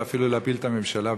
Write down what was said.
ואפילו להפיל את הממשלה,